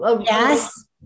yes